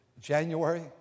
January